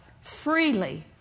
freely